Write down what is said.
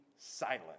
silent